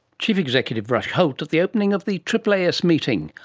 chief executive rush holt at the opening of the aaas meeting.